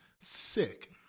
sick